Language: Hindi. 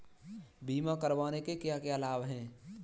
बीमा करवाने के क्या क्या लाभ हैं?